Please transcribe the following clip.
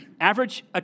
Average